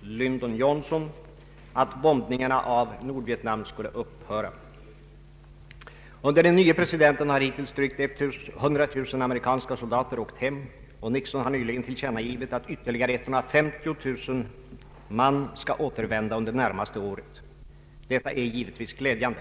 den regerande presidenten att bombningarna av Nordvietnam skulle upphöra. Under den nye presidenten har = hittills drygt 100 000 amerikanska soldater åkt hem, och president Nixon har nyligen tillkännagivit att ytterligare 150 000 man skall återvända under det närmaste året. Detta är givetvis glädjande.